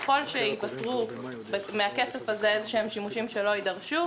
ככל שייפתרו מהכסף הזה איזשהם שימושים שלא יידרשו,